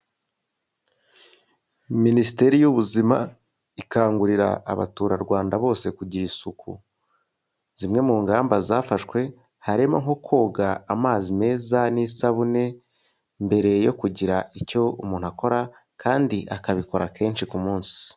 Minisiteri y'ubuzima ikangurira abaturarwanda bose kugira isuku; zimwe mu ngamba zafashwe harimo nko koga amazi meza n'isabune, mbere yo kugira icyo umuntu akora kandi akabikora kenshi ku munsi.